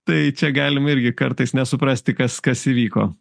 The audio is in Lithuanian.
tai čia galima irgi kartais nesuprasti kas kas įvyko